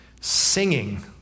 singing